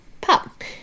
Pop